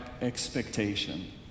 expectation